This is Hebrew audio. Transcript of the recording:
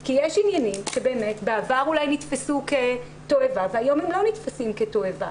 כי יש עניינים שבאמת בעבר אולי נתפסו כתועבה והיום הם לא נתפסים כתועבה.